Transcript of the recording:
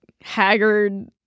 haggard